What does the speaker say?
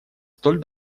столь